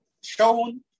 shown